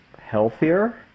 healthier